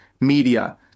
media